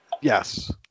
Yes